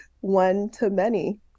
one-to-many